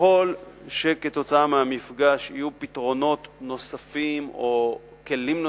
ככל שכתוצאה מהמפגש יהיו פתרונות נוספים או כלים נוספים,